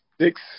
six